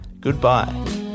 goodbye